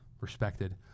respected